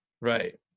Right